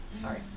Sorry